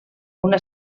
una